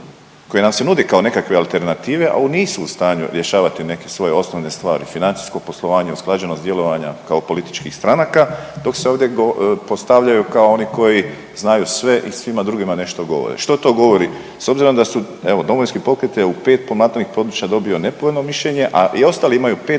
koja nam se nudi kao nekakve alternative, a nisu u stanju objašnjavati neke svoje osnovne stvari, financijsko poslovanje, usklađenost djelovanja kao političkih stranaka dok se ovdje postavljaju kao oni koji znaju sve i svima drugima nešto govore. Što to govori? S obzirom da su, evo Domovinski pokret je u 5 promatranih područja dobio nepovoljno mišljenje, a i ostali imaju 5,